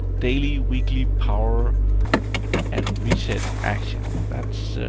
daily weekly power and reset action. that's